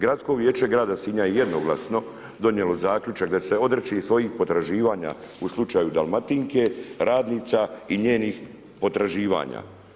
Gradsko vijeće grada Sinja je jednoglasno donijelo zaključak da će se odreći svojih potraživanja u slučaju Dalmatinke, radnica i njenih potraživanja.